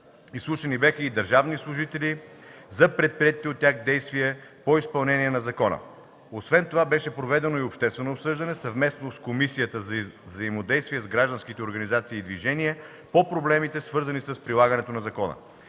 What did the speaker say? Изслушани бяха и държавни служители за предприетите от тях действия по изпълнение на закона. Освен това беше проведено и обществено обсъждане съвместно с Комисията за взаимодействие с граждански организации и движения по проблемите, свързани с прилагането на закона.